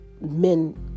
men